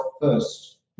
first